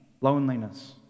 loneliness